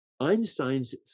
Einstein's